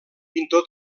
pintor